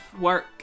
work